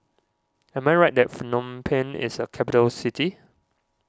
am I right that Phnom Penh is a capital city